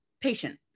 patient